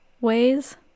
ways